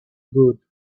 good